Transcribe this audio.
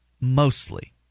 mostly